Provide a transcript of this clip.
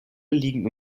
liegen